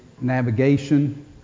navigation